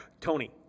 Tony